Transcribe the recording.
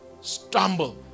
stumble